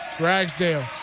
Ragsdale